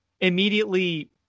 immediately